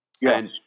Yes